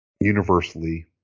universally